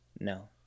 No